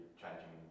changing